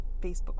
Facebook